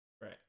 Right